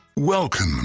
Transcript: Welcome